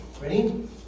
Ready